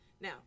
Now